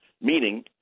meaning